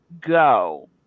go